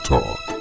Talk